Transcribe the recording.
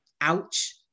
ouch